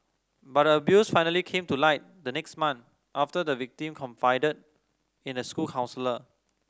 but the abuse finally came to light the next month after the victim confided in a school counsellor